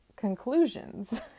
conclusions